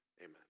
amen